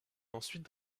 ensuite